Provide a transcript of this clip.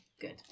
Good